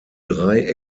drei